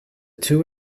two